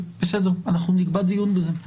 אנחנו נקבע דיון בנושא הזה.